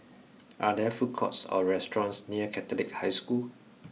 are there food courts or restaurants near Catholic High School